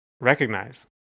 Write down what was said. recognize